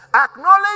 Acknowledge